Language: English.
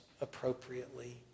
appropriately